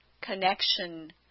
connection